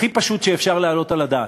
הכי פשוט שאפשר להעלות על הדעת.